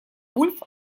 вульф